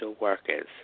workers